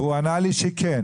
והוא ענה לי שכן.